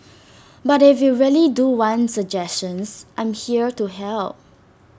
but if you really do want suggestions I am here to help